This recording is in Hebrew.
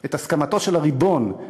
את הסכמתו של הריבון,